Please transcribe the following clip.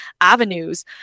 avenues